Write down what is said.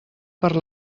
per